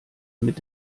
mit